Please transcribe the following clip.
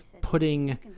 putting